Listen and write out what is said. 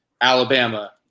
Alabama